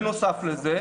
בנוסף לזה,